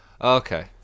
Okay